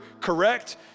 correct